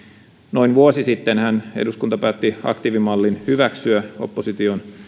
noin vuosi sittenhän eduskunta päätti aktiivimallin hyväksyä opposition